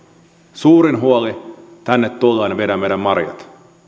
suurin huoli tänne tullaan ja viedään meidän marjat